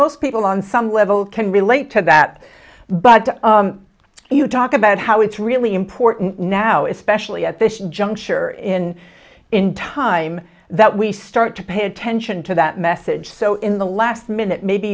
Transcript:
most people on some level can relate to that but you talk about how it's really important now especially at this juncture in in time that we start to pay attention to that message so in the last minute maybe